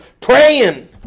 praying